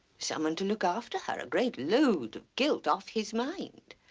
someone to look after her. a great load of guilt off his mind.